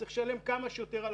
כי צריך לשלם כמה שיותר על